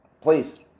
Please